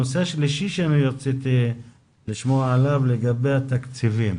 הנושא השלישי שאני מבקש התייחסות לגביו הוא עניין התקציבים.